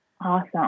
Awesome